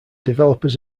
developers